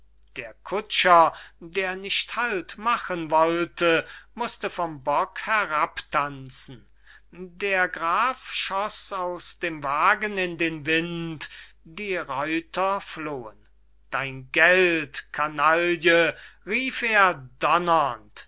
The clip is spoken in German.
der kutscher der nicht halt machen wollte mußte vom bock herabtanzen der graf schoß aus dem wagen in den wind die reuter flohen dein geld kanaille rief er